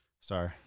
Sorry